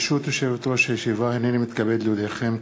ברשות יושבת-ראש הישיב, ה הנני מתכבד להודיעכם,